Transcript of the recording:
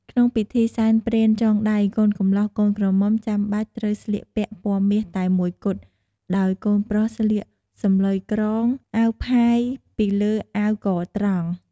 ក្នុងពិធីសែនព្រេនចងដៃ កូនកំលោះ កូនក្រមុំចាំបាច់ត្រូវស្លៀកពាក់ពណ៌មាសតែមួយគត់ ដោយកូនប្រុសស្លៀកសំឡុយគ្រង អាវផាយពីលើអាវកត្រង់។